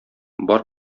бар